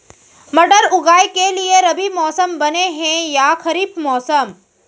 मटर उगाए के लिए रबि मौसम बने हे या खरीफ मौसम?